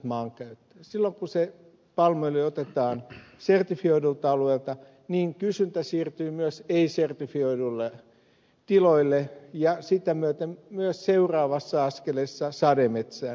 silloin kun se palmuöljy otetaan sertifioidulta alueelta kysyntä siirtyy myös ei sertifioiduille tiloille ja sitä myöten myös seuraavassa askeleessa sademetsään